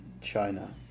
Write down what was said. china